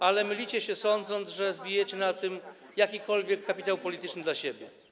Ale mylicie się, sądząc, że zbijecie na tym jakikolwiek kapitał polityczny dla siebie.